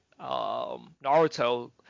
Naruto